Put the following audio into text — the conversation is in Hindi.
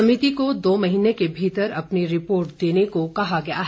समिति को दो महीने के भीतर अपनी रिपोर्ट देने को कहा गया है